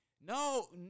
No